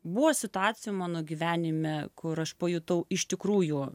buvo situacijų mano gyvenime kur aš pajutau iš tikrųjų